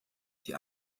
die